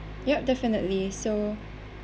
yup definitely so